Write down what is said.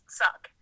suck